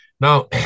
Now